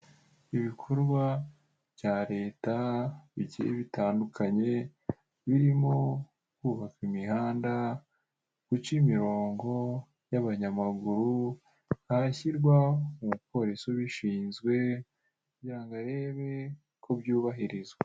Ibikorwa bya Leta bigiye bitandukanye birimo kubaka imihanda, guca imirongo y'abanyamaguru, harashyirwa umupolisi ubishinzwe kugira ngo arebe ko byubahirizwa.